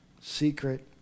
secret